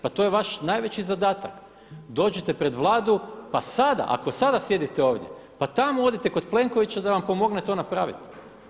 Pa to je vaš najveći zadatak. dođite pred Vladu pa sada ako sjedite ovdje pa tamo odite kod Plenkovića da vam pomogne to napraviti.